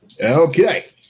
Okay